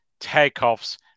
takeoffs